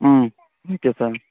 ம் okay sir